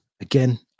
again